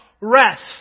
rest